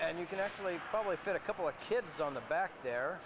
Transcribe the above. and you can actually probably fit a couple of kids on the back there